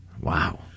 Wow